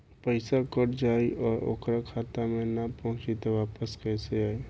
पईसा कट जाई और ओकर खाता मे ना पहुंची त वापस कैसे आई?